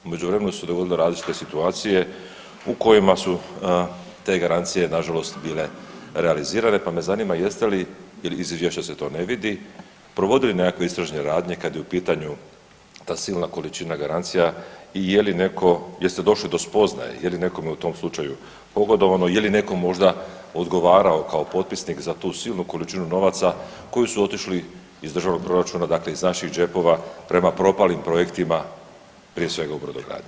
U međuvremenu su se dogodile različite situacije u kojima su te garancije nažalost bile realizirane, pa me zanima jeste li, iz izvješća se to ne vidi, provodili nekakve istražne radnje kad je u pitanju ta silna količina garancija i je li netko, jeste došli do spoznaje je li nekome u tom slučaju pogodovani, je li netko možda odgovarao kao potpisnik za tu silnu količinu novaca koji su otišli iz državnog proračuna dakle iz naših džepova prema propalim projektima prije svega u brodogradnji.